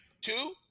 two